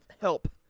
help